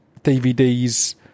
DVDs